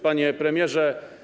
Panie Premierze!